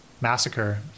massacre